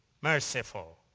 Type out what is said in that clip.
merciful